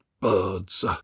birds